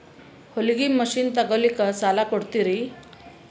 ಹೊಲಗಿ ಮಷಿನ್ ತೊಗೊಲಿಕ್ಕ ಸಾಲಾ ಕೊಡ್ತಿರಿ?